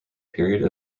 period